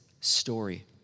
story